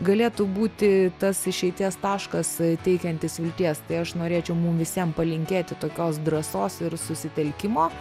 galėtų būti tas išeities taškas teikiantis vilties tai aš norėčiau mum visiem palinkėti tokios drąsos ir susitelkimo